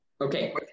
Okay